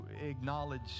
acknowledge